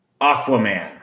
Aquaman